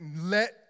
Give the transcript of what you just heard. let